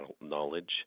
knowledge